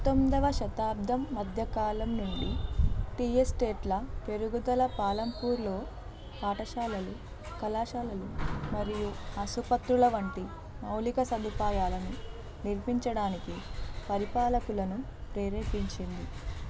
పంతొందవ శతాబ్దం మధ్యకాలం నుండి టీ ఎస్టేట్ల పెరుగుదల పాలంపూర్లో పాఠశాలలు కళాశాలలు మరియు ఆసుపత్రుల వంటి మౌలిక సదుపాయాలను నిర్మించడానికి పరిపాలకులను ప్రేరేపించింది